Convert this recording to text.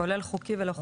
כולל חוקי ולא חוקי.